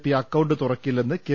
P account തുറക്കില്ലെന്ന് K